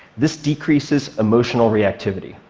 this decreases emotional reactivity,